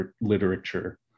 literature